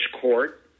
court